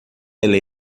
ele